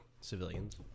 civilians